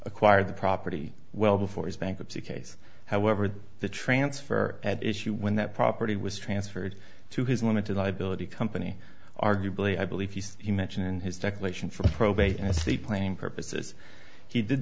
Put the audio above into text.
acquired the property well before his bankruptcy case however the transfer at issue when that property was transferred to his limited liability company arguably i believe he mentioned in his declaration for probate in a seaplane purposes he did